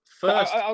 First